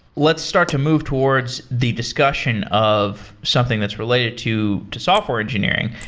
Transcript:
let's start to move towards the discussion of something that's related to to software engineering.